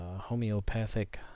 homeopathic